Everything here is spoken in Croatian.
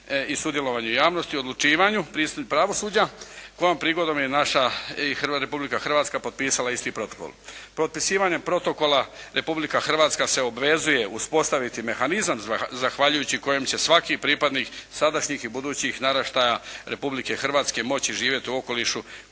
i sudjelovanju javnosti u odlučivanju i pristup pravosuđa kojom prigodom je naša Republika Hrvatska potpisala isti protokol. Potpisivanjem protokola Republika Hrvatska se obvezuje uspostaviti mehanizam zahvaljujući kojem će svaki pripadnik sadašnjih i budućih naraštaja Republike Hrvatske moći živjeti u okolišu